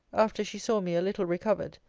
after she saw me a little recovered,